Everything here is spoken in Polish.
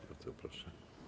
Bardzo proszę.